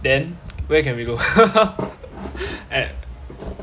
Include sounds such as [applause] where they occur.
then where can we go [laughs] at